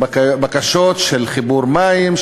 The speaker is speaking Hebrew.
לבקשות של חיבור מים,